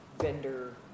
vendor